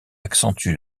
accentue